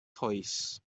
toes